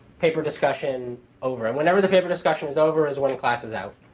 paper discussion, over. and whenever the paper discussion is over is when the class is out.